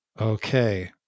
Okay